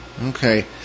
Okay